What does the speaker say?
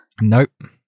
Nope